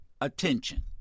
attention